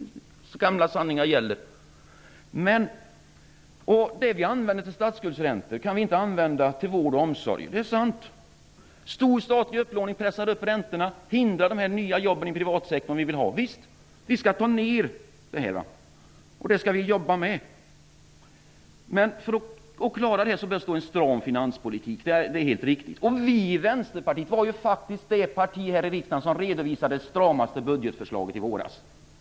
Gamla sanningar gäller. De pengar som vi använder till statsskuldsräntor kan vi inte använda till vård och omsorg. Det är sant. Stor statlig upplåning pressar upp räntorna och hindrar de nya jobben som vi vill ha i privatsektorn. Visst, vi skall ta ned räntorna. Vi skall jobba med detta. Men för att klara av det krävs det en stram finanspolitik. Det är helt riktigt. Vänsterpartiet var faktiskt det parti här i riksdagen som redovisade det stramaste budgetförslaget i våras.